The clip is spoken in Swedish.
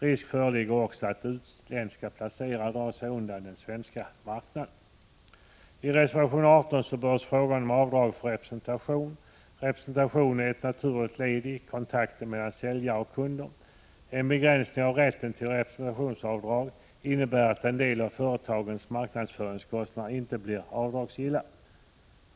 Risk föreligger också att utländska placerare drar sig undan den svenska marknaden. I reservation 18 berörs frågan om avdrag för representation. Representation är ett naturligt led i kontakten mellan säljare och kunder. En begränsning av rätten till representationsavdrag innebär att en del av företagens marknadsföringskostnader inte blir avdragsgilla.